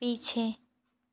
पीछे